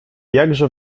jakże